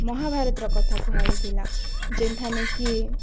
ମହାଭାରତ୍ ର କଥା କୁହା ହେଇଥିଲା ଯେନ୍ଠାନେ କି